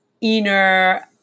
inner